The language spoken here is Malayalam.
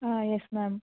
ആ യെസ് മാം